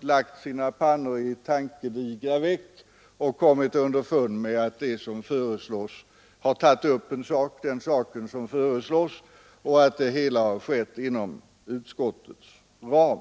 lagt sina pannor i tankedigra veck och tagit upp det som föreslås. Man tror alltså att det hela har skett inom utskottets ram.